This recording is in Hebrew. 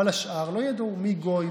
אבל השאר לא ידעו מי גוי,